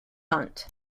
bunt